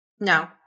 No